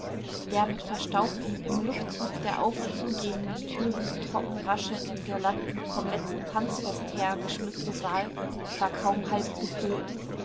der mit verstaubten im luftzug der auf und zugehenden türen trocken raschelnden girlanden vom letzten tanzfest her geschmückte saal war kaum halb gefüllt